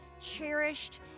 cherished